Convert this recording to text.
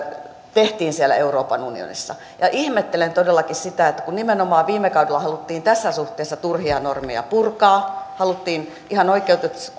tehtiin siellä euroopan unionissa ihmettelen todellakin sitä että kun nimenomaan viime kaudella haluttiin tässä suhteessa turhia normeja purkaa haluttiin ihan oikeutetusti